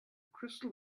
crystal